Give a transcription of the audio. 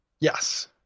Yes